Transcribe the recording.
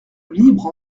libre